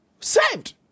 Saved